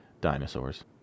Dinosaurs